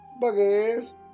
buggies